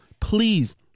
please